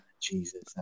Jesus